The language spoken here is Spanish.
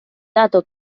dato